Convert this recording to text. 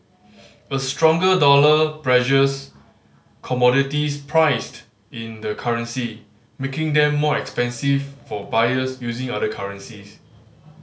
a stronger dollar pressures commodities priced in the currency making them more expensive for buyers using other currencies